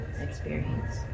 experience